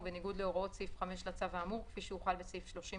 בניגוד להוראות סעיף 5 לצו האמור כפי שהוחל בסעיף 30,